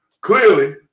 clearly